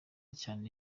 cyane